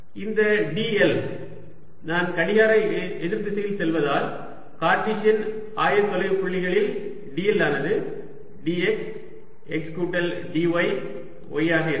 ds dxdyz இந்த dl நான் கடிகார எதிர் திசையில் செல்வதால் கார்ட்டீசியன் ஆயத்தொலைவுப்புள்ளிகளில் dl ஆனது dx x கூட்டல் dy y ஆக இருக்கும்